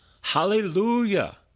Hallelujah